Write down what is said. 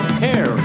hair